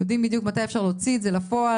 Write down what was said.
יודעים בדיוק מתי אפשר להוציא את זה לפועל.